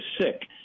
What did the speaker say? sick